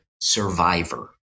Survivor